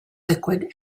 liquid